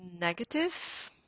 negative